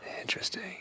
Interesting